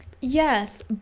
yes